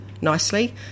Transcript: nicely